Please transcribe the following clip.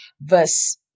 verse